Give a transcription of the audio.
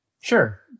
Sure